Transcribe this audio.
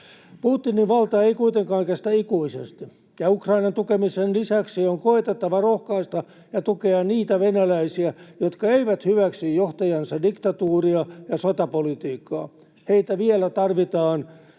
Putinin valta ei kuitenkaan kestä ikuisesti, ja Ukrainan tukemisen lisäksi on koetettava rohkaista ja tukea niitä venäläisiä, jotka eivät hyväksy johtajansa diktatuuria ja sotapolitiikkaa. Heitä vielä tarvitaan